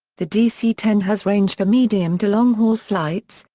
the dc ten has range for medium to long-haul flights,